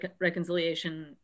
reconciliation